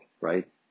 right